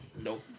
Nope